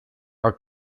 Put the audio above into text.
are